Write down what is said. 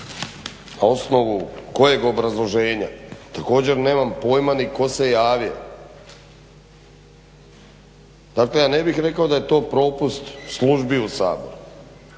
Na osnovu kojeg obrazloženja? Također, nemam pojma ni tko se javio. Dakle, ja ne bih rekao da je to propust službi u Saboru